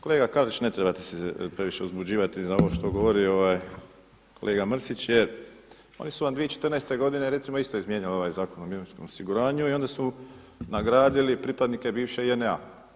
Kolega Karlić, ne trebate se previše uzbuđivati na ovo što govori kolega Mrsić jer oni su vam 2014. godine recimo isto izmijenjali ovaj Zakon o mirovinskom osiguranju i onda su nagradili pripadnike bivše JNA.